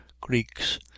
Greeks